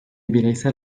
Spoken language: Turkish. bireysel